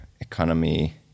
economy